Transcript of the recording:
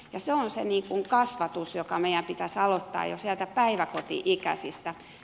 se on se kasvatus joka meidän pitäisi aloittaa jo sieltä päiväkoti ikäisistä